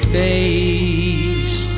face